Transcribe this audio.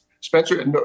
Spencer